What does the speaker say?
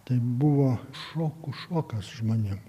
tai buvo šokų šokas žmonėm